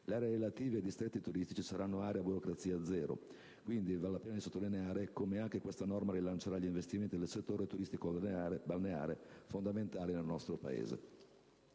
Le aree relative ai distretti turistici saranno a «burocrazia zero»: mi preme quindi sottolineare anche come questa norma rilancerà gli investimenti del settore turistico-balneare, fondamentale nel nostro Paese.